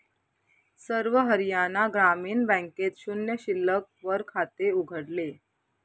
सर्व हरियाणा ग्रामीण बँकेत शून्य शिल्लक वर खाते उघडले